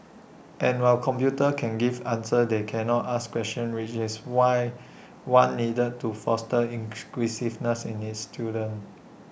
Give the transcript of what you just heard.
and while computers can give answers they cannot ask questions which is why one needed to foster in in students